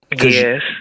Yes